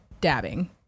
dabbing